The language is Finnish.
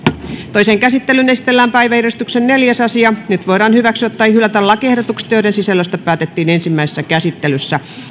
toiseen käsittelyyn esitellään päiväjärjestyksen neljäs asia nyt voidaan hyväksyä tai hylätä lakiehdotukset joiden sisällöstä päätettiin ensimmäisessä käsittelyssä